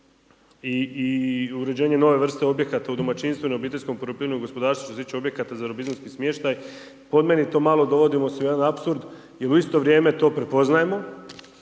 i uređenje nove vrste objekata u domaćinstvo i na obiteljskom poljoprivrednom gospodarstvu. Što se tiče objekata za robinzonski smještaj po meni to malo dovodimo sve u jedan apsurd jer u isto vrijeme to prepoznajemo,